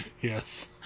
Yes